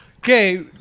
Okay